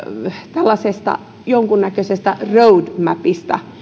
tällaisesta jonkunnäköisestä road mapista